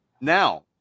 now